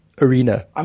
arena